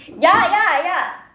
ya ya ya